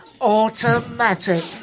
Automatic